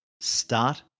start